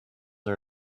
are